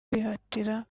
kwihatira